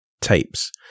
tapes